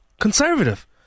conservative